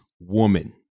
woman